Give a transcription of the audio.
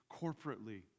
corporately